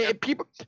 people